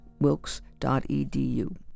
Wilkes.edu